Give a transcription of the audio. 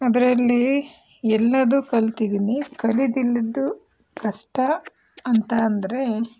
ಅದರಲ್ಲಿ ಎಲ್ಲವೂ ಕಲಿತಿದ್ದೀನಿ ಕಲಿದಿಲ್ಲದ್ದು ಕಷ್ಟ ಅಂತ ಅಂದರೆ